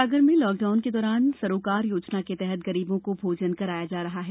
सागर में लॉकडाउन के दौरान सरोकार योजना के तहत गरीबों को भोजन कराया जा रहा है